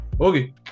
Okay